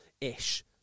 ish